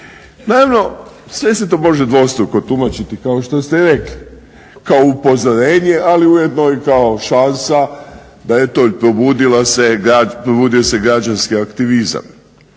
Naravno, sve se to može dvostruko tumačiti kao što ste rekli kao upozorenje, ali ujedno i kao šansa da eto probudio se građanski aktivizam.